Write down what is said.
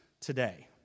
today